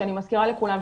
שאני מזכירה לכולם,